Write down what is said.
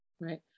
right